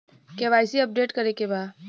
KYC update करे के बा?